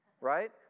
right